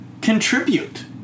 contribute